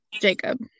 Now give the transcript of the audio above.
Jacob